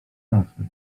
nachyl